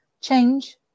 change